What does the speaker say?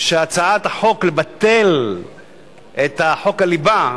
שהצעת החוק לביטול חוק הליבה,